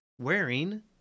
wearing